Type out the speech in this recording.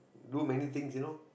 do many things you know